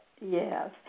Yes